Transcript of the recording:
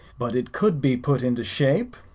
but it could be put into shape?